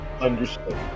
Understood